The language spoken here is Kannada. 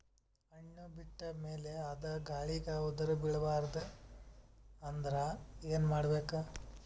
ಹಣ್ಣು ಬಿಟ್ಟ ಮೇಲೆ ಅದ ಗಾಳಿಗ ಉದರಿಬೀಳಬಾರದು ಅಂದ್ರ ಏನ ಮಾಡಬೇಕು?